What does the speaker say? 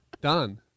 done